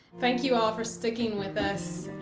thank you all for sticking with us. and